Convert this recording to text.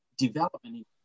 development